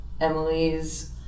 Emily's